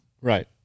right